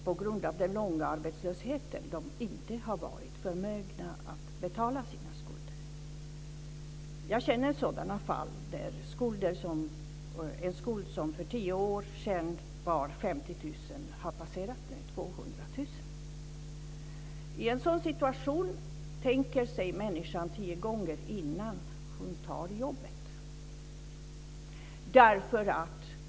På grund av lång tids arbetslöshet har de inte varit förmögna att betala sina skulder. Jag känner till fall där en skuld som för tio år sedan uppgick till 50 000 kr nu har passerat 200 000-kronorsgränsen. I en sådan situation tänker sig en människa för tio gånger innan hon tar jobbet.